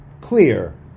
clear